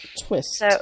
twist